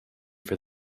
for